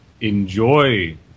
enjoy